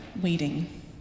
waiting